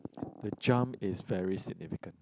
the jump is very significant